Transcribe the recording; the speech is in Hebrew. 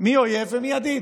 מי אויב ומי ידיד,